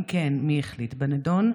2. אם כן, מי החליט בנדון?